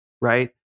right